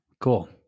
Cool